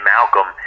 Malcolm